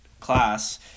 class